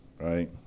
right